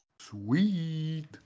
Sweet